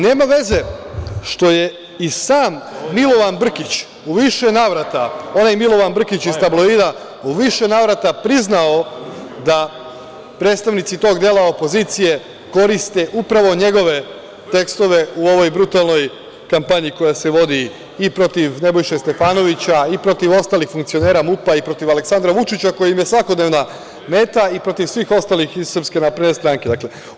Nema veze što je i sam Milovan Brkić u više navrata, onaj Milovan Brkić iz „Tabloida“ u više navrata priznao da predstavnici tog dela opozicije koriste upravo njegove tekstove u ovoj brutalnoj kampanji koja se vodi i protiv Nebojše Stefanovića i protiv ostalih funkcionera MUP i protiv Aleksandra Vučića, koji im je svakodnevna meta i protiv svih ostalih iz SNS.